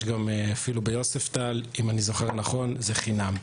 אם אני זוכר נכון, ביוספטל זה אפילו חינם.